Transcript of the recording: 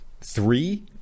three